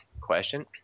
question